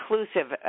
inclusive